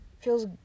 Feels